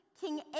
King